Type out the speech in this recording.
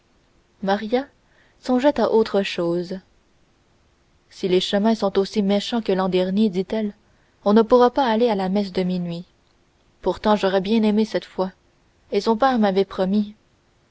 maria songeait à autre chose si les chemins sont aussi méchants que l'an dernier dit-elle on ne pourra pas aller à la messe de minuit pourtant j'aurais bien aimé cette fois et son père m'avait promis